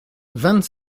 vingt